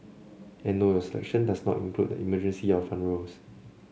and no your selection does not include the emergency or front rows